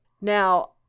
Now